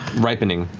ripening.